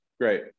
Great